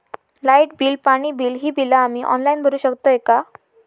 Light bill, पाणी bill, ही बिला आम्ही ऑनलाइन भरू शकतय का?